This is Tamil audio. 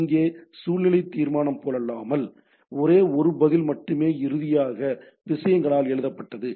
இங்கே சுழல்நிலை தீர்மானம் போலல்லாமல் ஒரே ஒரு பதில் மட்டுமே இறுதியாக விஷயங்களால் எழுதப்பட்டது